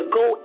go